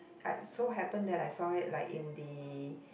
I so happen that I saw it like in the